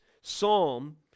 psalm